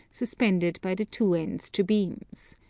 suspended by the two ends to beams.